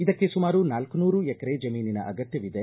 ಇದಕ್ಕೆ ಸುಮಾರು ನಾಲ್ಕನೂರು ಎಕರೆ ಜಮೀನಿನ ಅಗತ್ಯವಿದೆ